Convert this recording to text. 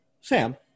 Sam